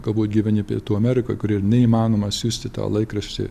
galbūt gyveni pietų amerikoj kur yra neįmanoma siųsti tą laikraštį